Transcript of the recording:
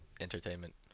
entertainment